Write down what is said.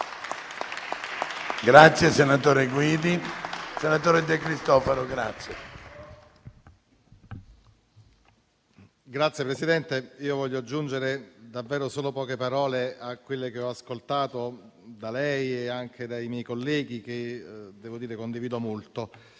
Signor Presidente, vorrei aggiungere davvero solo poche parole a quelle che ho ascoltato da lei e anche dai miei colleghi, che condivido molto.